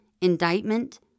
indictment